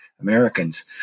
Americans